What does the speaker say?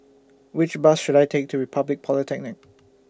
Which Bus should I Take to Republic Polytechnic